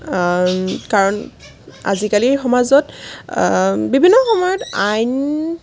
কাৰণ আজিকালিৰ সমাজত বিভিন্ন সময়ত আইন